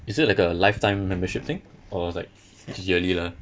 is it like a lifetime membership thing or it's like yearly lah